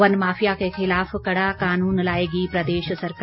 one mafia के खिलाफ कड़ा कानून लाएगी प्रदेश सरकार